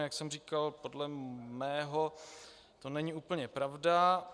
Jak jsem říkal, podle mého to není úplně pravda.